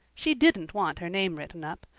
she didn't want her name written up.